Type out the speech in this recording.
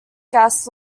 gas